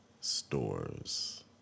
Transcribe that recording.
stores